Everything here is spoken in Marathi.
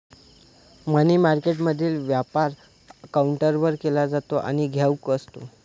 मनी मार्केटमधील व्यापार काउंटरवर केला जातो आणि घाऊक असतो